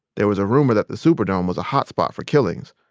there was a rumor that the superdome was a hot spot for killings,